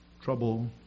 trouble